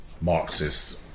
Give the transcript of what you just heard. Marxist